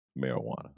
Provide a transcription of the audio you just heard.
marijuana